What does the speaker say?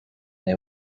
they